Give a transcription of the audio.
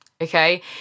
okay